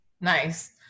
Nice